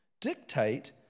dictate